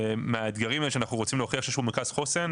זה מהאתגרים האלה שאנחנו רוצים להוכיח שיש פה מרכז חוסן,